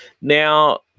Now